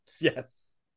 Yes